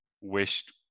wished